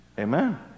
amen